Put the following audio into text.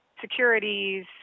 securities